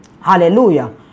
Hallelujah